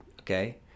okay